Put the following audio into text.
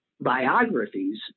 biographies